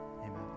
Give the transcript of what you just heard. amen